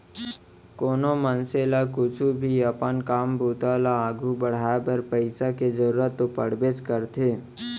कोनो मनसे ल कुछु भी अपन काम बूता ल आघू बढ़ाय बर पइसा के जरूरत तो पड़बेच करथे